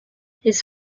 his